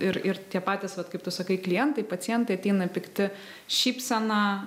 ir ir tie patys vat kaip tu sakai klientai pacientai ateina pikti šypsena